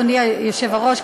אדוני היושב-ראש,